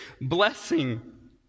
blessing